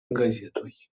gazetoj